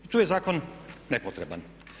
Tu je zakon nepotreban.